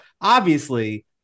obviously-